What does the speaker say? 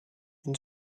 une